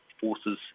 forces